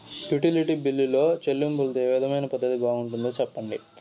Utility బిల్లులో చెల్లింపులో ఏ విధమైన పద్దతి బాగుంటుందో సెప్పండి?